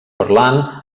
parlant